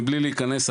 מבלי להיכנס,